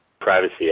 Privacy